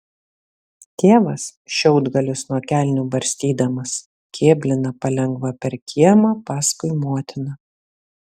tėvas šiaudgalius nuo kelnių barstydamas kėblina palengva per kiemą paskui motiną